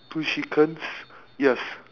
two chickens yes